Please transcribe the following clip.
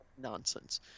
Nonsense